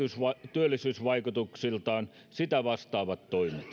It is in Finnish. työllisyysvaikutuksiltaan sitä vastaavat toimet